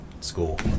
school